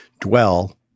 dwell